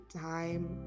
time